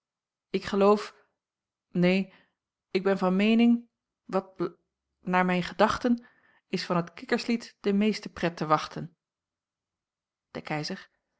ik geloof neen ik ben van meening wat bl naar mijn gedachten is van het kikkerslied de meeste pret te wachten de keizer